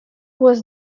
was